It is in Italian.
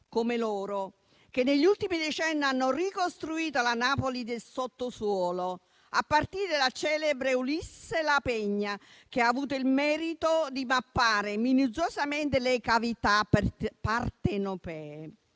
come loro, che negli ultimi decenni hanno ricostruito la Napoli del sottosuolo, a partire dal celebre Ulisse Lapegna, che ha avuto il merito di mappare minuziosamente le cavità partenopee.